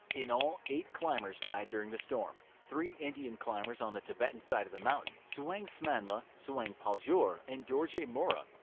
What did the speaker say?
in all, eight climbers died during the storm. three indian climbers on the tibetian side of the mountain, tsewang smanla, tsewang so and paljor, and dorje morup.